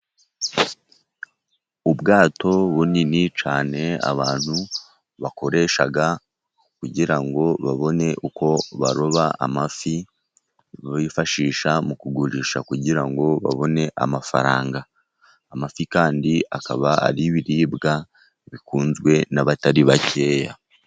Ubwato bunini cyane abantu bakoresha, kugira ngo babone uko baroba amafi, bifashisha mu kugurisha kugira ngo babone amafaranga. Amafi kandi akaba ari ibiribwa bikunzwe n'abatari bakeya.